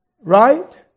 Right